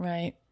Right